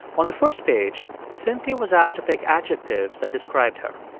on the first page, cynthia was asked to pick adjectives that described her.